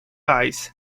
eyes